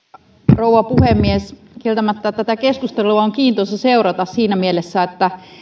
rouva puhemies kieltämättä tätä keskustelua on kiintoisa seurata siinä mielessä että